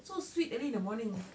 so sweet early in the morning